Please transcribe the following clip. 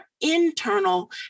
internal